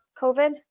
COVID